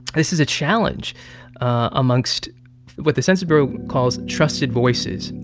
this is a challenge amongst what the census bureau calls trusted voices.